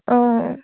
অঁ